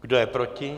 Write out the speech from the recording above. Kdo je proti?